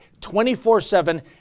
24-7